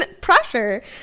pressure